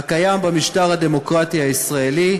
הקיים במשטר הדמוקרטי הישראלי,